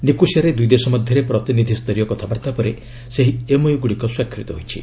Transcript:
ନିକୋସିଆରେ ଦୁଇଦେଶ ମଧ୍ୟରେ ପ୍ରତିନିଧି ସ୍ତରୀୟ କଥାବାର୍ତ୍ତା ପରେ ସେହି ଏମ୍ଓୟୁଗୁଡ଼ିକ ସ୍ୱାକ୍ଷର ହୋଇଛି